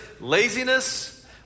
laziness